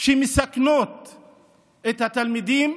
למרחקים ארוכים, שמסכנות את התלמידים,